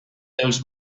els